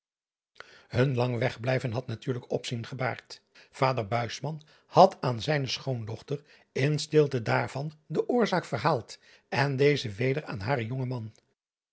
un lang wegblijven had natuurlijk opzien gebaard vader had aan zijne schoondochter in stilte daarvan de o rzaak verhaald en dezen weder aan haren jongen man